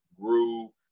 grew